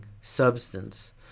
substance